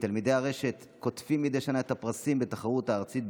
תלמידי הרשת קוטפים מדי שנה את הפרסים בתחרות הארצית,